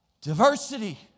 Diversity